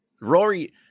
Rory